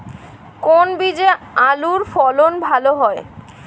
কোন বীজে আলুর ফলন ভালো হয়?